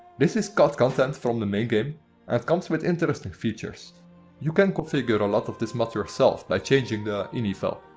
this is cut content from the main game and comes with interesting you can configure a lot of this mod yourself by changing the ini file.